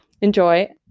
enjoy